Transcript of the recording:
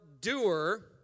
doer